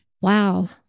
Wow